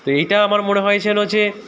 তো এইটা আমার মনে হয়েছিল যে